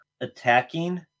attacking